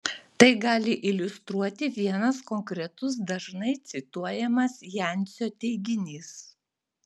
tai gali iliustruoti vienas konkretus dažnai cituojamas jancio teiginys